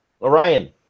Orion